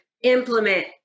implement